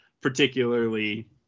particularly